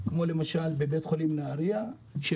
בבית חולים בנהריה.